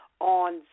on